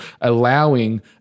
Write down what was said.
allowing